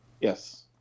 yes